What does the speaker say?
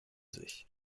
sich